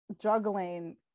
juggling